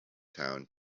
town